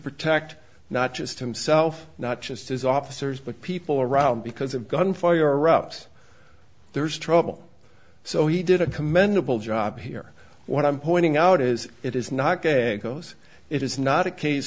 protect not just himself not just his officers but people around because of gunfire erupts there's trouble so he did a commendable job here what i'm pointing out is it is not day goes it is not a case